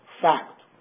fact